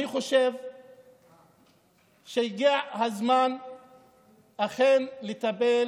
אני חושב שהגיע הזמן אכן לטפל